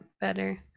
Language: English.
Better